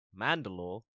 Mandalore